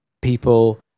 people